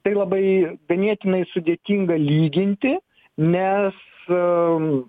tai labai ganėtinai sudėtinga lyginti nes